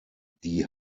die